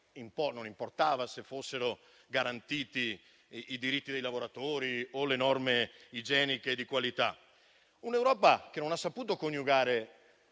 non importava che fossero garantiti i diritti dei lavoratori o le norme igieniche di qualità; un'Europa che non ha saputo coniugare